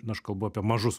na aš kalbu apie mažus